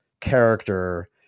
character